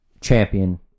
champion